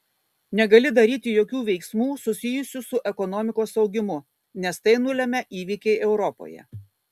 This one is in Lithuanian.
negali daryti jokių veiksmų susijusių su ekonomikos augimu nes tai nulemia įvykiai europoje